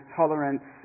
tolerance